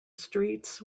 streets